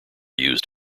used